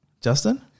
Justin